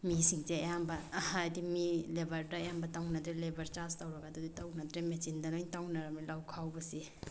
ꯃꯤꯁꯤꯡꯁꯦ ꯑꯌꯥꯝꯕ ꯍꯥꯏꯗꯤ ꯃꯤ ꯂꯦꯕꯔꯗ ꯑꯌꯥꯝꯕ ꯇꯧꯅꯗ꯭ꯔꯦ ꯂꯦꯕꯔ ꯆꯥꯔꯖ ꯇꯧꯔꯒ ꯑꯗꯨꯗꯤ ꯇꯧꯅꯗ꯭ꯔꯦ ꯃꯦꯆꯤꯟꯗ ꯂꯣꯏ ꯇꯧꯅꯔꯕꯅꯤ ꯂꯧ ꯈꯥꯎꯕꯁꯤ